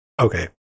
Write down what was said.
okay